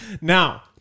now